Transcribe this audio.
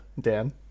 dan